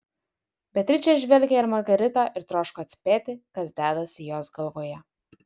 beatričė žvelgė į margaritą ir troško atspėti kas dedasi jos galvoje